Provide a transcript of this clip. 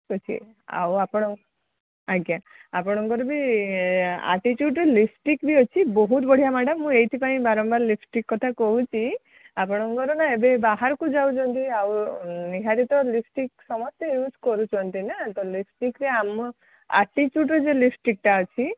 ଠିକ୍ ଅଛି ଆଉ ଆପଣଙ୍କ ଆଜ୍ଞା ଆପଣଙ୍କର ବି ଏ ଆଟିଚୁଡ଼୍ର ଲିପଷ୍ଟିକ୍ ବି ଅଛି ବହୁତ ବଢ଼ିଆ ମ୍ୟାଡ଼ମ୍ ମୁଁ ଏଇଥିପାଇଁ ବାରମ୍ବାର ଲିପଷ୍ଟିକ୍ କଥା କହୁଛି ଆପଣଙ୍କର ନା ଏବେ ବାହାରକୁ ଯାଉଛନ୍ତି ଆଉ ନିହାତି ତ ଲିପଷ୍ଟିକ୍ ସମସ୍ତେ ୟୁଜ୍ କରୁଛନ୍ତି ନା ତ ଲିପଷ୍ଟିକ୍ରେ ଆମ ଆଟିଚୁଡ଼୍ର ଯେଉଁ ଲିପଷ୍ଟିକ୍ଟା ଅଛି